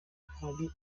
hari